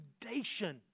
foundation